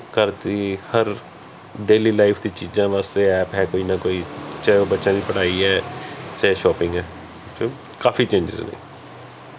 ਕਰਤੀ ਹਰ daily life ਦੀਆਂ ਚੀਜ਼ਾਂ ਵਾਸਤੇ ਐਪ ਹੈ ਕੋਈ ਨਾ ਕੋਈ ਚਾਹੇ ਉਹ ਬੱਚਿਆਂ ਦੀ ਪੜ੍ਹਾਈ ਹੈ ਚਾਹੇ ਸ਼ੋਪਿੰਗ ਹੈ ਚਲੋ ਕਾਫੀ ਚੇਂਜਸ ਨੇ